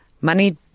money